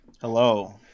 Hello